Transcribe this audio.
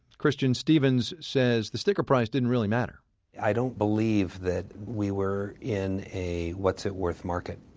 christian stevens says the sticker price didn't really matter i don't believe that we were in a what's it worth market.